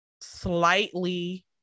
slightly